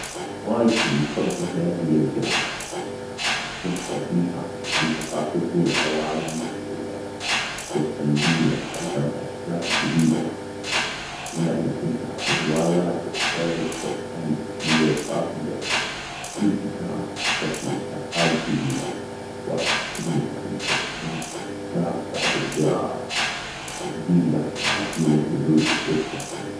هوايتي المفظلة هي الجراءة، أستمتع فيها لأنها تاخذني عوالم مختلفة و تخليني أتعلم اشياء جديدة، أحيانًا أقرأ روايات وأحيانًا كتب عن التنمية الذاتية كل كتاب يفتح لي آفاق جديدة وأحس إني أعيش تجارب الشخصيات تهديني لحظات من الهدوء والتركيز.